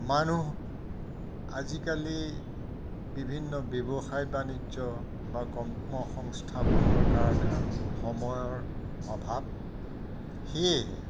মানুহ আজিকালি বিভিন্ন ব্যৱসায় বাণিজ্য বা কৰ্ম সংস্থাপনৰ কাৰণে সময়ৰ অভাৱ সেয়েহে